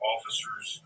Officers